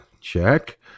check